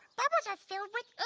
bubbles are filled with